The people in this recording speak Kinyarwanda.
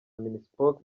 minispoc